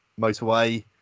motorway